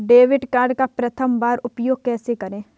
Debit card का प्रथम बार उपयोग कैसे करेंगे?